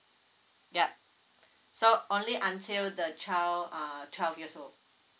yup so only until the child uh twelve years old